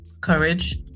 courage